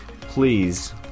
Please